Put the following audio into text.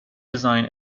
design